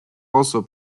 also